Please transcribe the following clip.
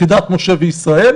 כדת משה וישראל,